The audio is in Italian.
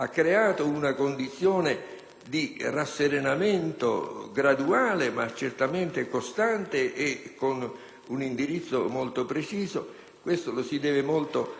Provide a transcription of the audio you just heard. di rasserenamento graduale, ma costante, con un indirizzo molto preciso, questo lo si deve molto al lavoro silenzioso,